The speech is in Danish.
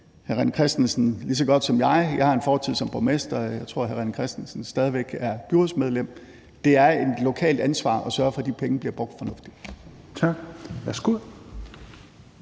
hr. René Christensen lige så godt som jeg. Jeg har en fortid som borgmester, og jeg tror, at hr. René Christensen stadig væk er byrådsmedlem. Det er et lokalt ansvar at sørge for, at de penge bliver brugt fornuftigt. Kl. 16:41